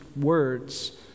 words